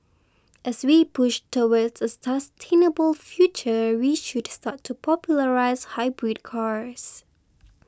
as we push towards a sustainable future we should start to popularise hybrid cars